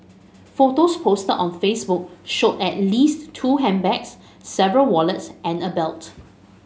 photos posted on Facebook showed at least two handbags several wallets and a belt